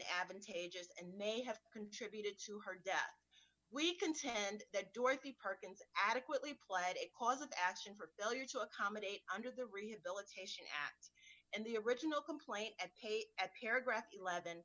advantageous and may have contributed to her death we contend that dorothy perkins adequately played a cause of action for failure to accommodate under the rehabilitation act and the original complaint and pay at paragraph eleven